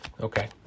Okay